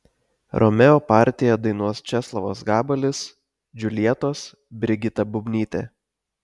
romeo partiją dainuos česlovas gabalis džiuljetos brigita bubnytė